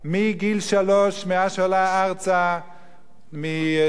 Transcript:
מגיל שלוש, מאז שעלה ארצה משבלי,